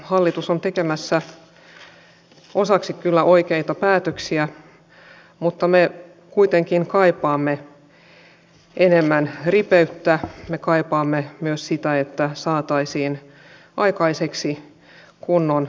hallitus on tekemässä osaksi kyllä oikeita päätöksiä mutta me kuitenkin kaipaamme enemmän ripeyttä me kaipaamme myös sitä että saataisiin aikaiseksi kunnon yhteiskuntasopimus